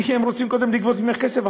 כי הן רוצות קודם לגבות ממך כסף,